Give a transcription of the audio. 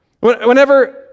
Whenever